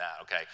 okay